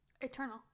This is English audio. Eternal